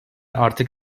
artık